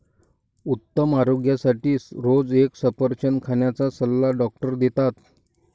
उत्तम आरोग्यासाठी रोज एक सफरचंद खाण्याचा सल्ला डॉक्टर देतात